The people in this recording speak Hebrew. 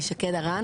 שקד הרן,